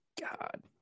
god